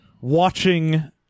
watching